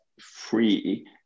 free